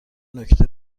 نکته